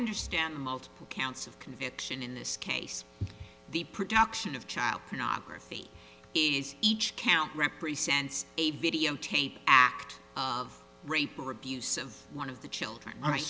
understand multiple counts of conviction in this case the production of child pornography is each count represents a videotape act of rape or abuse of one of the children